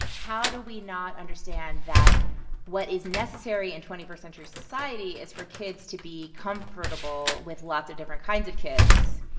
how do we not understand that what is necessary in twenty first century society is for kids to be comfortable with lots of different kinds of kids?